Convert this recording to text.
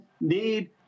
need